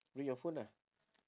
bring your phone lah